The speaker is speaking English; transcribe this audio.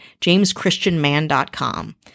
jameschristianman.com